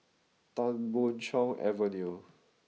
Tan Boon Chong Avenue